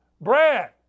Brad